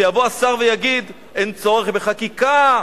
ויבוא השר ויגיד: אין צורך בחקיקה,